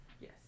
yes